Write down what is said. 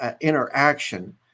interaction